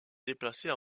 déplacées